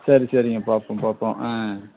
சரி சரிங்க பார்ப்போம் பார்ப்போம் ஆ